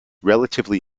relatively